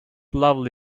lovely